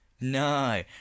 no